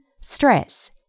stress